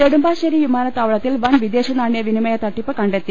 നെടുമ്പാശ്ശേരി വിമാനത്താവളത്തിൽ വൻ വിദേശനാണ്യ വിനിമയ തട്ടിപ്പ് കണ്ടെത്തി